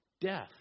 death